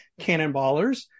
Cannonballers